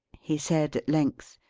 he said at length,